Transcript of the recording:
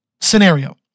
scenario